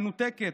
מנותקת,